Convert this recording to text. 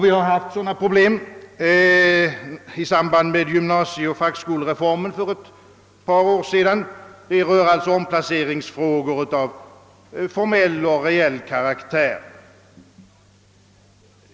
I samband med gymnasieoch fackskolereformen för ett par år sedan hade vi också detta problem, som alltså rör omplaceringsfrågor av formell och reell karaktär.